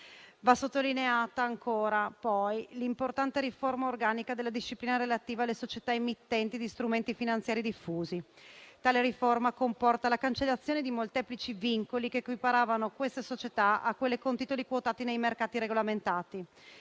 Va sottolineata ancora, poi, l'importante riforma organica della disciplina relativa alle società emittenti di strumenti finanziari diffusi. Tale riforma comporta la cancellazione di molteplici vincoli che equiparavano queste società a quelle con titoli quotati nei mercati regolamentati.